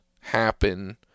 happen